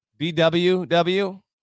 BWW